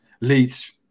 leads